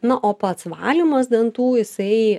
na o pats valymas dantų jisai